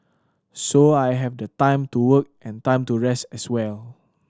so I have the time to work and time to rest as well